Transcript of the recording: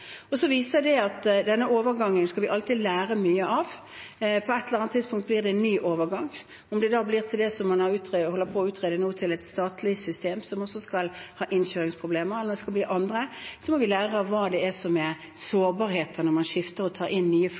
Så viser dette at denne overgangen skal vi alltid lære mye av. På et eller annet tidspunkt blir det en ny overgang. Om det da blir til det som man holder på å utrede nå, til et statlig system som også kan ha innkjøringsproblemer, eller om det skal bli andre, må vi lære av hva det er som er sårbarheter når man skifter og tar inn nye